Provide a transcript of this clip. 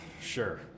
sure